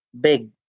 big